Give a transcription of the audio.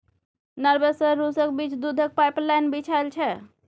Norway सँ रुसक बीच दुधक पाइपलाइन बिछाएल छै